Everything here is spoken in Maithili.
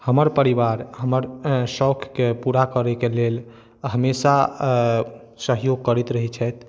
हमर परिवार हमर शौकके पूरा करैके लेल हमेशा सहयोग करैत रहै छथि